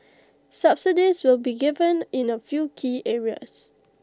subsidies will be given in A few key areas